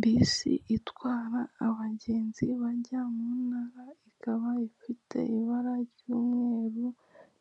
Bisi itwara abagenzi bajya mu ntara ikaba ifite ibara ry'umweru